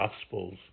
Gospels